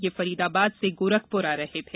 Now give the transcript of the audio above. ये फरीदाबाद से गोरखपुर आ रहे थे